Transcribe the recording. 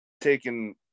taking